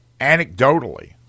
anecdotally